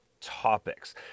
topics